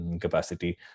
capacity